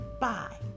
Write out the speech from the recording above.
bye